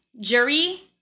jury